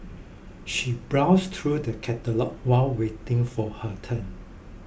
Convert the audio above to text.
she browsed through the catalogue while waiting for her turn